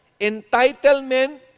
Entitlement